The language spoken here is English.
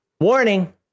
Warning